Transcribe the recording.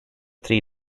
three